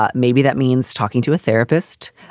ah maybe that means talking to a therapist.